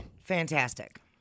fantastic